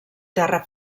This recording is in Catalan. terra